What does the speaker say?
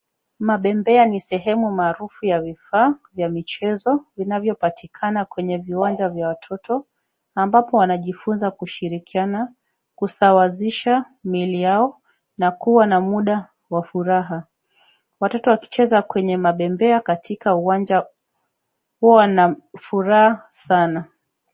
Mabembea ni sehemu maarufu ya vifaa vya michezo, vinavyopatikana kwenye viwanja vya watoto ambapo wanajifunza kushirikiana, kusawazisha miili yao na kuwa na muda wa furaha. Watoto wakicheza kwenye mabembea katika uwanja huwa na furaha sana.